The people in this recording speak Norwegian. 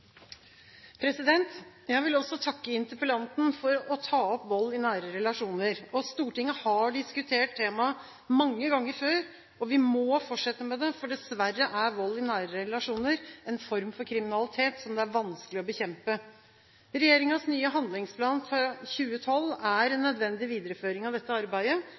relasjonar. Jeg vil også takke interpellanten for å ta opp vold i nære relasjoner. Stortinget har diskutert temaet mange ganger før, og vi må fortsette med det, for dessverre er vold i nære relasjoner en form for kriminalitet som det er vanskelig å bekjempe. Regjeringens nye handlingsplan fra 2012 er en nødvendig videreføring av dette arbeidet,